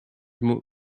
mot